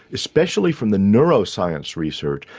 especially from the neuroscience research,